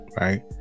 right